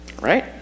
right